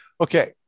Okay